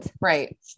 Right